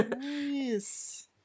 Nice